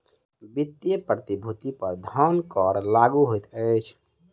वित्तीय प्रतिभूति पर धन कर लागू होइत अछि